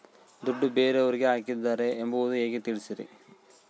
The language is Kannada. ದುಡ್ಡು ಬೇರೆಯವರಿಗೆ ಹಾಕಿದ್ದಾರೆ ಎಂಬುದು ಹೇಗೆ ತಿಳಿಸಿ?